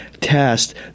test